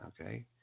Okay